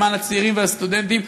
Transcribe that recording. למען הצעירים והסטודנטים,